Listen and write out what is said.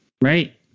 right